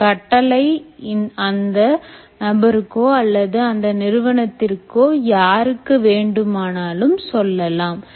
இந்தக் கட்டளை அந்த நபருக்கோ அல்லது அந்த நிறுவனத்திற்கு யாருக்கு வேண்டுமானாலும் சொல்லலாம்